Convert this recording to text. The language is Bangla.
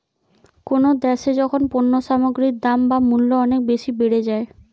কোনো দ্যাশে যখন পণ্য সামগ্রীর দাম বা মূল্য অনেক বেশি বেড়ে যায়